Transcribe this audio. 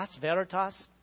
Veritas